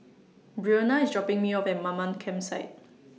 Breonna IS dropping Me off At Mamam Campsite